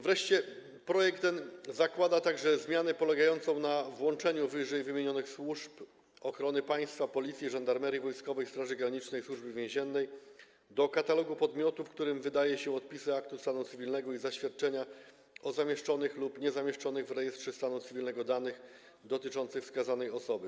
Wreszcie projekt ten zakłada zmianę polegającą na włączeniu wyżej wymienionych służb ochrony państwa, Policji, Żandarmerii Wojskowej, Straży Granicznej, Służby Więziennej, do katalogu podmiotów, którym wydaje się odpisy aktu stanu cywilnego i zaświadczenia o zamieszczonych lub niezamieszczonych w rejestrze stanu cywilnego danych dotyczących wskazanej osoby.